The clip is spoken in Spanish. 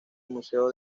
museo